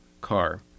car